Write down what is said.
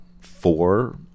four